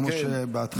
כמו שבהתחלה.